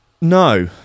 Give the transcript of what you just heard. No